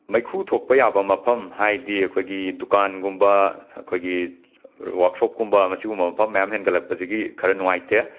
ꯃꯩꯈꯨ ꯊꯣꯛꯄ ꯌꯥꯕ ꯃꯐꯝ ꯍꯥꯏꯗꯤ ꯑꯩꯈꯣꯏꯒꯤ ꯗꯨꯀꯥꯟꯒꯨꯝꯕ ꯑꯈꯣꯏꯒꯤ ꯋꯥꯛꯁꯣꯞꯀꯨꯝꯕ ꯃꯁꯤꯒꯨꯝꯕ ꯃꯐꯝ ꯃꯌꯥꯝ ꯍꯦꯟꯒꯠꯂꯛꯄꯁꯤꯒꯤ ꯈꯔ ꯅꯨꯉꯥꯏꯇꯦ